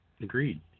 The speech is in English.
Agreed